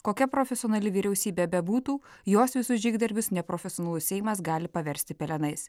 kokia profesionali vyriausybė bebūtų jos visus žygdarbius neprofesionalus seimas gali paversti pelenais